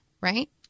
right